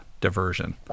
diversion